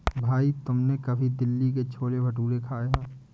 भाई तुमने कभी दिल्ली के छोले भटूरे खाए हैं?